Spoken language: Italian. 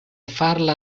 farla